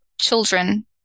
children